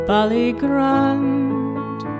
Ballygrand